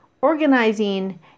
organizing